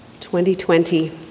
2020